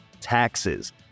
taxes